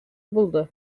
булды